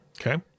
Okay